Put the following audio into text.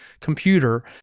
computer